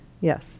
Yes